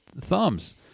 thumbs